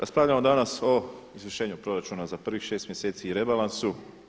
Raspravljamo danas o izvršenju proračuna za prvih šest mjeseci i rebalansu.